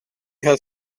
had